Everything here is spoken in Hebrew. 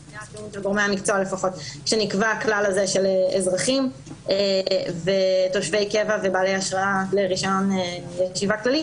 נקבע הכלל הזה של אזרחים ותושבי קבע ובעלי אשרה לרישיון ישיבה כללי,